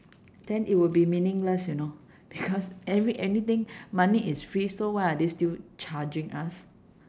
then it will be meaningless you know because every anything money is free so why are they still charging us